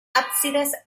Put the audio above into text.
ábsides